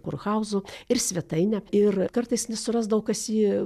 kurhauzu ir svetaine ir kartais nesurasdavo kas jį